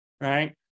right